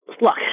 Look